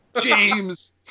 James